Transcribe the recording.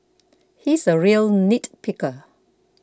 he is a real nitpicker